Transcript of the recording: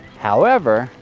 however,